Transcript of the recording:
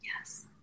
yes